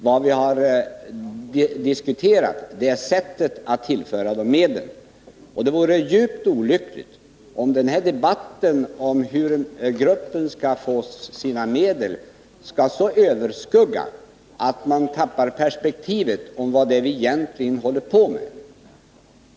Vad vi har diskuterat är sättet att tillföra gruppen medel, och det vore djupt olyckligt om den här debatten om hur gruppen skall få sina medel skall bli så överskuggande att man tappar perspektivet på vad vi egentligen håller på med.